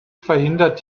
verhindert